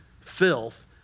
filth